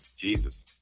Jesus